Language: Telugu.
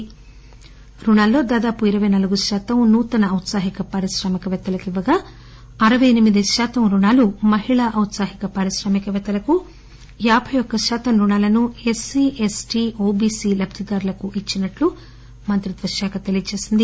ఈ రుణాల్లో దాదాపు ణరపై నాలుగు శాతం నూతన ఔత్సాహిక పారిశ్రామికవేత్తలకు ఇవ్వగా అరవై ఎనిమిది శాతం రుణాలు మహిళా ఔత్సాహిక పారిశ్రామికపేత్తలకు యాబై ఒక్క శాతం రుణాలను ఎస్పీ ఎస్టీ ఓబీసీ లబ్దిదారులకు ఇచ్చినట్లు ఆర్థిక మంత్రిత్వ శాఖ పెల్లడించింది